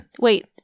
wait